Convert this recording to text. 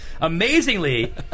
Amazingly